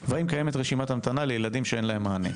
3. והאם קיימת רשימת המתנה לילדים שאין להם מענה?